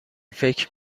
فکر